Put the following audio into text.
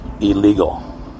illegal